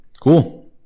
Cool